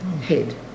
Head